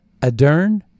Adern